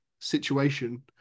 situation